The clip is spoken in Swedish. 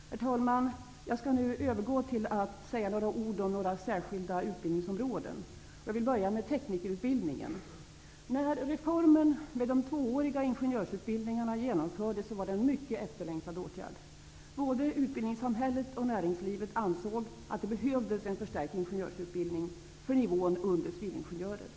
Herr talman! Jag skall nu övergå till att säga några ord om några särskilda utbildningsområden. Jag vill börja med teknikerutbildningen. När reformen med den tvååriga ingenjörsutbildningen genomfördes var det en efterlängtad åtgärd. Både utbildningssamhället och näringslivet ansåg att det behövdes en förstärkt ingenjörsutbildning för nivån under civilingenjörer.